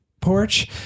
porch